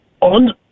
on